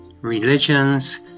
religions